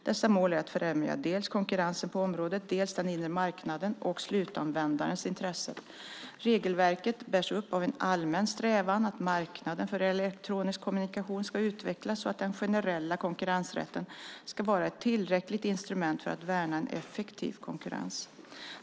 Dessa mål är att främja dels konkurrensen på området, dels den inre marknaden och slutanvändarnas intressen. Regelverket bärs upp av en allmän strävan att marknaden för elektronisk kommunikation ska utvecklas så att den generella konkurrensrätten ska vara ett tillräckligt instrument för att värna en effektiv konkurrens.